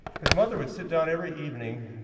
because mother would sit down every evening,